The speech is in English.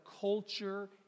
culture